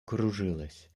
кружилась